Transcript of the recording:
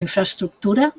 infraestructura